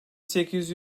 sekiz